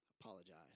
Apologize